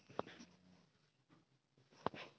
सबसे उपजाऊ मिट्टी कौन सी है?